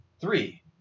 Three